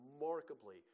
remarkably